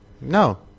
No